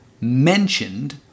mentioned